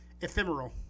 Ephemeral